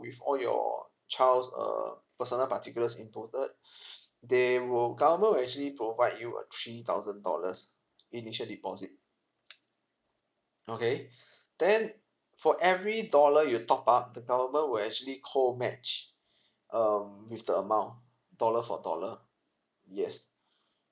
with all your child's err personal particulars inputted they will government will actually provide you a three thousand dollars initial deposit okay then for every dollar you top up the government will actually co match um with the amount dollar for dollar yes